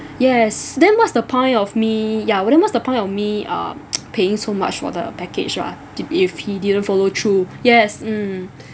yes then what's the point of me ya but then what's the point of me uh paying so much for the package ah to be if he didn't follow through yes um